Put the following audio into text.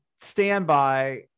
standby